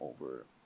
over